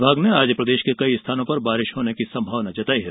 विभाग ने आज प्रदेश के कई स्थानों पर बारिश होने की संभावना जताई है